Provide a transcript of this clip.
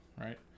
right